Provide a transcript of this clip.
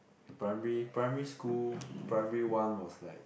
in primary primary school primary one was like